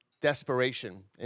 desperation